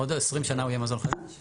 עוד 20 שנה הוא יהיה מזון חדש?